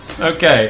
Okay